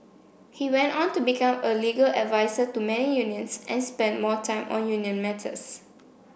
he went on to become a legal advisor to many unions and spent more time on union matters